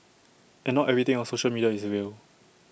and not everything on social media is real